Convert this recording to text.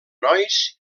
nois